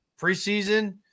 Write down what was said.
preseason